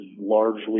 largely